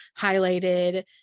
highlighted